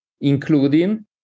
including